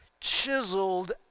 chiseled